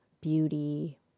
beauty